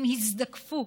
הם הזדקפו.